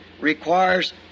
requires